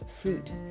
fruit